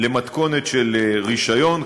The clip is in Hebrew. למתכונת של רישיון,